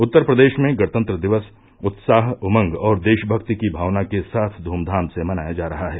उत्तर प्रदेश में गणतंत्र दिव्स उत्साह उमंग और देशभक्ति की भावना के साथ ध्र्क्याम से मनाया जा रहा है